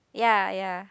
ya ya